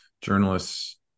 journalists